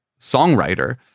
songwriter